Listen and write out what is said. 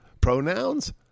pronouns